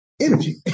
energy